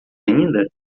ainda